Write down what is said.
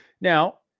Now